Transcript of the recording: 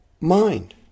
mind